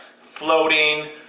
floating